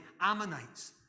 Ammonites